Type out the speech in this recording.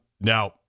now